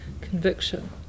conviction